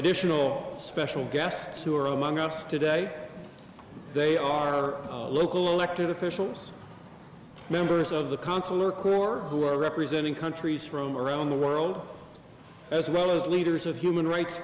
additional special guests who are among us today they are our local elected officials members of the consular corps who are representing countries from around the world as well as leaders of human rights